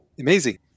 amazing